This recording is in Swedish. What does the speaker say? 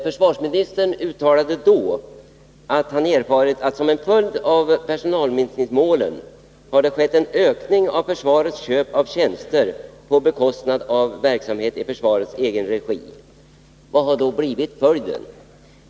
Försvarsministern uttalade då att han erfarit att det som en följd av personalminskningsmålen hade skett en ökning av försvarets köp av tjänster på bekostnad av verksamhet i försvarets egen regi. Vad har då detta lett till?